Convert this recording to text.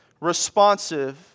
responsive